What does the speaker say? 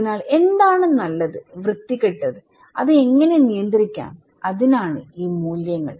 അതിനാൽ എന്താണ് നല്ലത്വൃത്തികെട്ടത് അത് എങ്ങനെ നിയന്ത്രിക്കാം അതിനാണ് ഈ മൂല്യങ്ങൾ